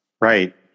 Right